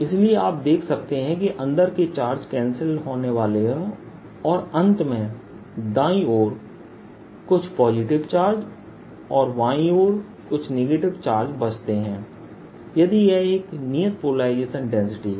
इसलिए आप देख सकते हैं कि अंदर के चार्ज कैंसिल होने वाले हैं और अंत में दाईं ओर कुछ पॉजिटिव चार्ज और बाईं ओर कुछ नेगेटिव चार्ज बचते हैं यदि यह एक नियत पोलराइजेशन डेंसिटी है